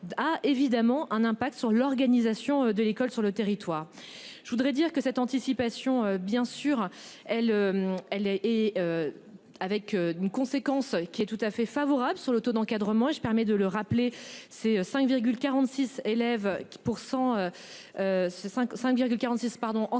A évidemment un impact sur l'organisation de l'école sur le territoire. Je voudrais dire que cette anticipation bien sûr elle. Elle elle et. Avec une conséquence qui est tout à fait favorable sur le taux d'encadrement, je permets de le rappeler ces 5 46 élèves